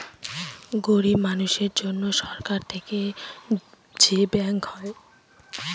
গরিব মানুষের জন্য সরকার থেকে যে ব্যাঙ্ক হয়